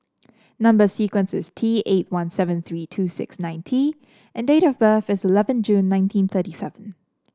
number sequence is T eight one seven three two six nine T and date of birth is eleven June nineteen thirty seven